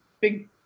big